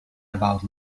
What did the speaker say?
about